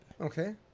Okay